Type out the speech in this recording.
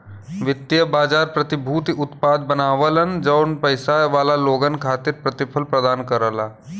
वित्तीय बाजार प्रतिभूति उत्पाद बनावलन जौन पइसा वाला लोगन खातिर प्रतिफल प्रदान करला